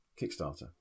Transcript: Kickstarter